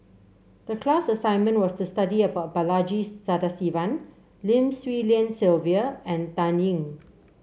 the class assignment was to study about Balaji Sadasivan Lim Swee Lian Sylvia and Dan Ying